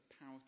power